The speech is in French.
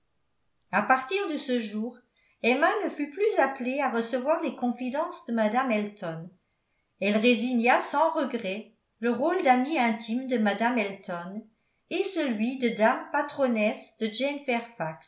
à partir de ce jour emma ne fut plus appelée à recevoir les confidences de mme elton elle résigna sans regret le rôle d'amie intime de mme elton et celui de dame patronnesse de